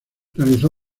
realizó